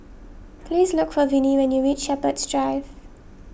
please look for Vinnie when you reach Shepherds Drive